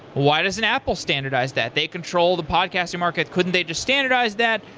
why doesn't apple standardize that? they control the podcasting market. couldn't they just standardize that?